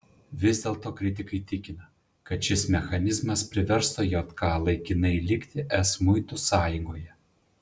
vis dėlto kritikai tikina kad šis mechanizmas priverstų jk laikinai likti es muitų sąjungoje